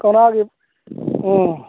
ꯀꯧꯅꯥꯒꯤ ꯎꯝ